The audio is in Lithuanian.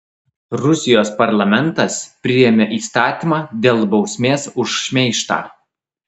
rusijos parlamentas priėmė įstatymą dėl bausmės už šmeižtą